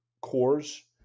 cores